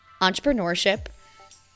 entrepreneurship